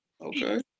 okay